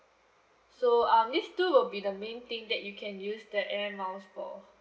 so um these two will be the main thing that you can use the air miles for